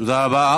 תודה רבה.